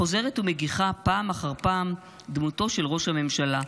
חוזרת ומגיחה פעם אחר פעם דמותו של ראש הממשלה.